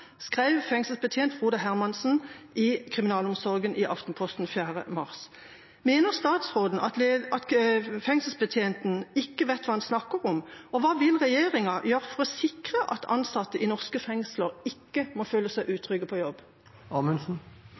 skrev fengselsbetjent i kriminalomsorgen Frode G. Hermansen i Aftenposten 4. mars. Mener statsråden at fengselsbetjenten ikke vet hva han snakker om? Og hva vil regjeringa gjøre for å sikre at ansatte i norske fengsler ikke må føle seg utrygge på